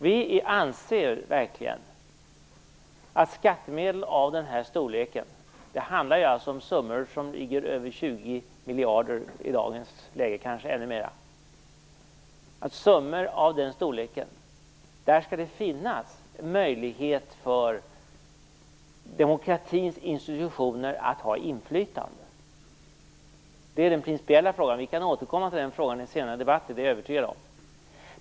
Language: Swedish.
Vi anser verkligen att det i fråga om skattemedel av den här storleken - det handlar alltså om summor över 20 miljarder, i dagens läge kanske ännu mer - skall finnas möjlighet för demokratins institutioner att ha inflytande. Det är den principiella frågan, och till den kan vi återkomma i senare debatter - det är jag övertygad om.